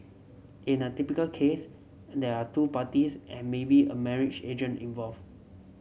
in a typical case they are two parties and maybe a marriage agent involved